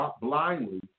blindly